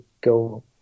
go